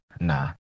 nah